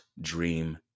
dream